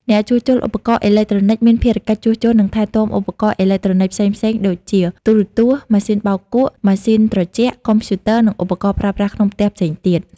អ្នកជួសជុលឧបករណ៍អេឡិចត្រូនិកមានភារកិច្ចជួសជុល និងថែទាំឧបករណ៍អេឡិចត្រូនិចផ្សេងៗដូចជា ទូរទស្សន៍ ម៉ាស៊ីនបោកគក់ ម៉ាស៊ីនត្រជាក់ កុំព្យូទ័រ និងឧបករណ៍ប្រើប្រាស់ក្នុងផ្ទះផ្សេងទៀត។